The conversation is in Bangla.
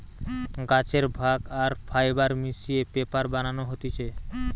গাছের ভাগ আর ফাইবার মিশিয়ে পেপার বানানো হতিছে